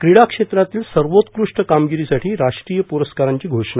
क्रीडा क्षेत्रातील सर्वोत्कृष्ट कामगिरीसाठी राष्ट्रीय प्ररस्कारांची घोषणा